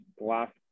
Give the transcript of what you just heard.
last